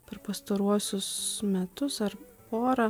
per pastaruosius metus ar pora